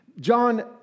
John